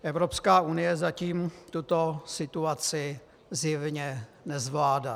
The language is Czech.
Evropská unie zatím tuto situaci zjevně nezvládá.